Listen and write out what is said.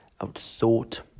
outthought